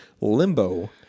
limbo